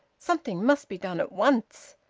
something must be done at once.